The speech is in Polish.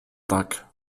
tak